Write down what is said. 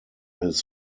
his